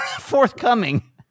forthcoming